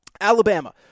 Alabama